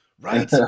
right